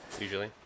usually